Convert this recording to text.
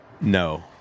No